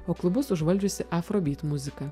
o klubus užvaldžiusi afrobyt muzika